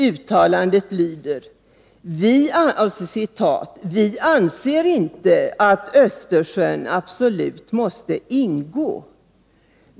Uttalandet lyder: ”Vi anser inte att Östersjön absolut måste ingå.